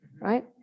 right